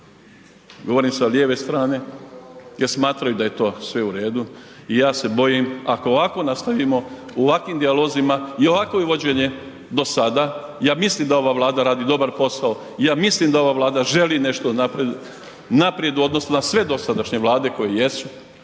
govorim sa lijeve strane, jer smatraju da je to sve u redu i ja se bojim, ako ovako nastavimo u ovakvim dijalozima i ovakvo vođenje do sada, ja mislim da ova Vlada radi dobar posao i ja mislim da ova Vlada želi nešto naprijed u odnosu na sve dosadašnje Vlade koje jesu.